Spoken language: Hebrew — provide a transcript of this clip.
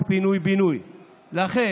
וגנץ,